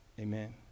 Amen